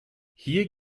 hier